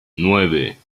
nueve